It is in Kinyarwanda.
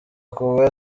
kuba